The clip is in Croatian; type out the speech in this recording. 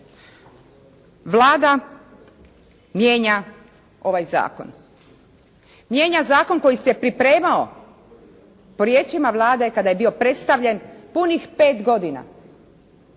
Vlada mijenja ovaj zakon. Mijenja zakon koji se pripremao po riječima Vlade kada je bio predstavljen punih 5 godina.